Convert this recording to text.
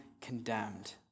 condemned